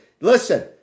Listen